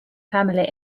family